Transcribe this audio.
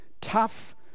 tough